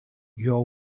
your